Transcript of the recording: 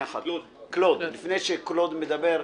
לפני שקלוד אברהים מדבר,